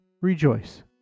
Rejoice